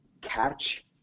catch